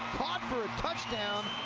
caught for a touchdown,